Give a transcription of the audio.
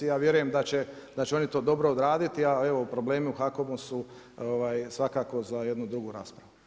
Ja vjerujem da će oni to dobro odraditi, a evo problemi u HAKOM-u su svakako za jednu drugu raspravu.